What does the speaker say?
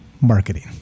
marketing